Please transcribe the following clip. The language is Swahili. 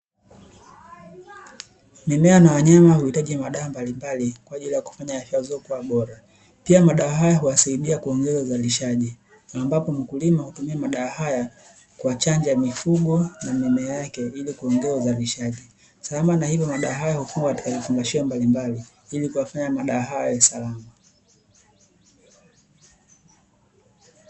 Mimea na wanyama huitaji madawa ili afya zao ziwe bora, Pia madawa haya husaidia kuongeza uzalishaji, pia madawa haya Hutumika kuchanja mifugo sambamba na madawa haya Katika vifungashio mbalimbali ili kuyafanya madawa haya yawe salama